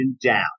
down